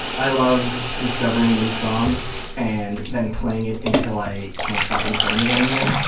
i love discovering a new song and then playing it until i can't fucking stand it anymore.